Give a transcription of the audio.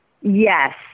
Yes